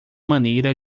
maneira